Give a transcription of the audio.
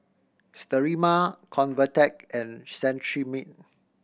Sterimar Convatec and Cetrimide